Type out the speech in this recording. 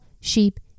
sheep